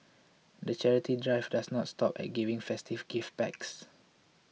the charity drive doesn't stop at giving festive gift packs